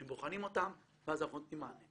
הם בוחנים אותם ואז אנחנו נותנים מענה.